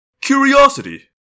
curiosity